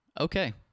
Okay